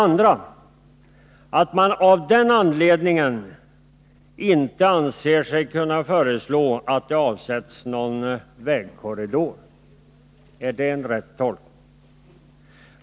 För det andra: Av den anledningen anser sig inte utskottet kunna föreslå att det avsätts någon vägkorridor. Är det en riktig tolkning?